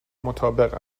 مطابق